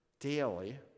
daily